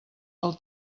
del